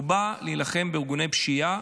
הוא בא להילחם בארגוני פשיעה,